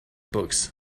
books